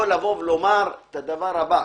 לומר: